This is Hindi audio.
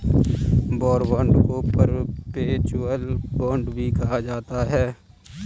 वॉर बांड को परपेचुअल बांड भी कहा जाता है